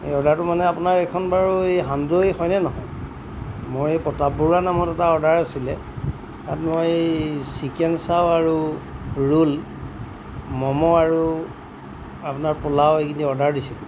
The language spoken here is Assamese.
এই অৰ্ডাৰটো মানে আপোনাৰ এইখন বাৰু এই হামদৈ হয়নে নহয় মোৰ এই প্ৰতাপ বৰুৱা নামত এটা অৰ্ডাৰ আছিলে তাত মই চিকেন চাও আৰু ৰোল ম'ম' আৰু আপোনাৰ পোলাও এইখিনি অৰ্ডাৰ দিছিলোঁ